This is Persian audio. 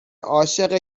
عاشق